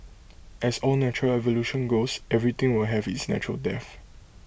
as all natural evolution goes everything will have its natural death